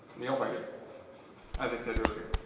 nail-biter as i said earlier.